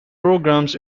programs